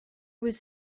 was